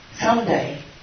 someday